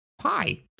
hi